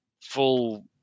full